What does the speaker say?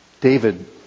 David